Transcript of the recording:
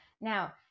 Now